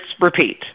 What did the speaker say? repeat